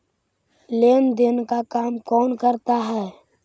लेन देन का काम कौन करता है?